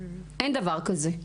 אין דבר כזה.